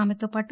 ఆమెతో పాటు